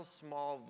small